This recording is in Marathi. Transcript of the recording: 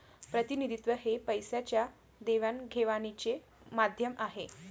प्रतिनिधित्व हे पैशाच्या देवाणघेवाणीचे माध्यम आहे